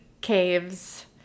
caves